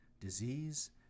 disease